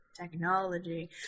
Technology